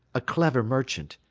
a clever merchant,